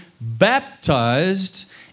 baptized